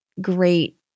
great